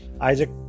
Isaac